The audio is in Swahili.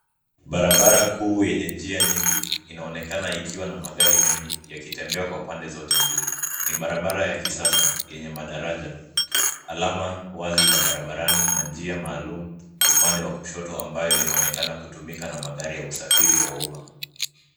Barabara kuu yenye njia nyingi inaonekana ikiwa na magari mengi yakitembea kwa pande zote mbili. Ni barabara ya kisasa yenye madaraja. Alama wazi za barabarani na njia maalum upande wa kushoto, ambayo inaonekana kutumika na magari ya usafiri wa umma.